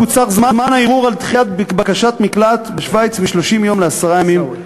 קוצר זמן הערעור על דחיית בקשת מקלט בשווייץ מ-30 יום לעשרה ימים.